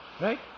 Right